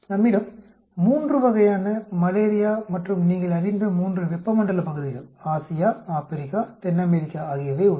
நம்மிடம் 3 வகையான மலேரியா மற்றும் நீங்கள் அறிந்த 3 வெப்பமண்டல பகுதிகள் ஆசியா ஆப்பிரிக்கா தென் அமெரிக்கா ஆகியவை உள்ளன